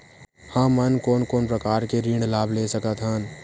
हमन कोन कोन प्रकार के ऋण लाभ ले सकत हन?